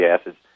acids